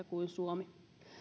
kuin suomi